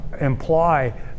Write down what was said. imply